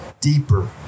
deeper